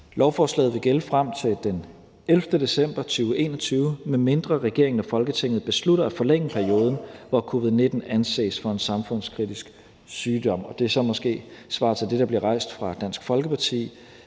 Lovforslaget vil gælde frem til den 11. december 2021, medmindre regeringen og Folketinget beslutter at forlænge perioden, hvor covid-19 anses for en samfundskritisk sygdom, og det er så måske et svar til det, der bliver rejst fra Dansk Folkeparti.